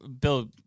Bill